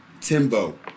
Timbo